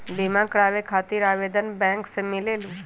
बिमा कराबे खातीर आवेदन बैंक से मिलेलु?